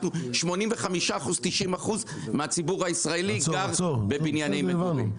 85%-90% מהציבור הישראלי גר בבניינים מקומיים.